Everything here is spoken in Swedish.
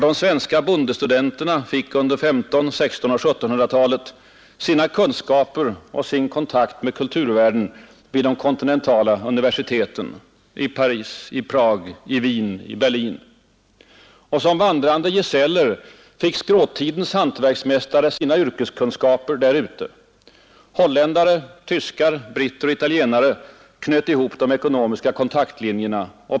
De svenska bondestudenterna fick under 1500-, 1600 och 1700-talen sina kunskaper och sin kontakt med kulturvärlden vid de kontinentala universiteten — i Paris, Prag, Wien och Berlin. Som vandrande gesäller fick skråtidens hantverksmästare sina yrkeskunskaper där ute. Holländare, tyskar, britter och italienare knöt ihop de ekonomiska kontaktlinjerna.